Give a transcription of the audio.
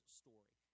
story